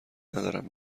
ندارم